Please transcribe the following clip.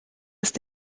ist